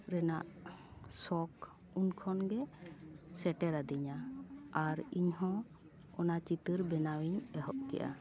ᱨᱮᱱᱟᱜ ᱥᱚᱠ ᱩᱱᱠᱷᱚᱱ ᱜᱮ ᱥᱮᱴᱮᱨ ᱟᱹᱫᱤᱧᱟᱹ ᱟᱨ ᱤᱧ ᱦᱚᱸ ᱚᱱᱟ ᱪᱤᱛᱟᱹᱨ ᱵᱮᱱᱟᱣ ᱤᱧ ᱮᱦᱚᱵ ᱠᱮᱜᱼᱟ